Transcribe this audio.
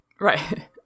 Right